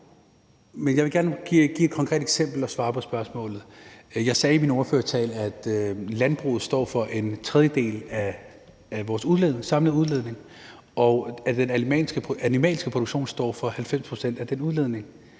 Jeg vil gerne give et konkret eksempel og svare på spørgsmålet. Jeg sagde i min ordførertale, at landbruget står for en tredjedel af vores samlede udledning, og at den animalske produktion står for 90 pct. af den udledning.